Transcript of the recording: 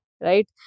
right